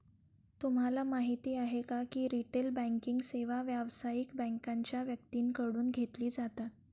तुम्हाला माहिती आहे का की रिटेल बँकिंग सेवा व्यावसायिक बँकांच्या व्यक्तींकडून घेतली जातात